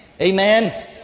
Amen